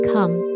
Come